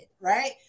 right